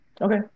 Okay